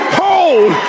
hold